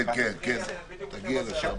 ננעלה בשעה